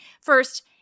First